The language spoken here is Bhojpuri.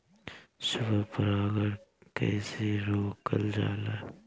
स्व परागण कइसे रोकल जाला?